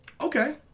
Okay